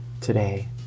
today